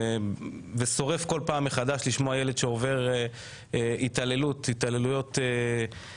זה פשוט שורף כל פעם מחדש לשמוע על ילד שעובר התעללויות קשות.